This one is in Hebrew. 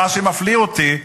מה שמפליא אותי,